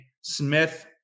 Smith